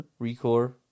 ReCore